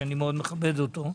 שאני מאוד מכבד אותו,